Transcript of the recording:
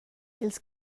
ils